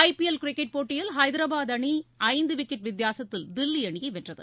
ஐ P L cricket போட்டியில் ஐதராபாத் அணி ஐந்து விக்கெட் வித்தியாசத்தில் தில்லி அணியை வென்றது